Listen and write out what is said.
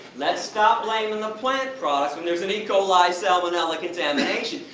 let's stop blaming the plant products when there's an e. coli, salmonella contamination.